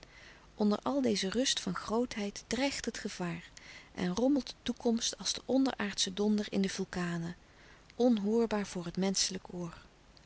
onder al deze rust van grootheid dreigt het gevaar en rommelt de toekomst als de onderaardsche donder in de vulkanen onhoorbaar voor het menschelijk oor